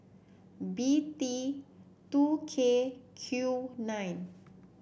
B T two K Q nine